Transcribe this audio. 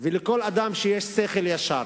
ולכל אדם שיש לו שכל ישר,